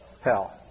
hell